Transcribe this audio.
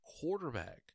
quarterback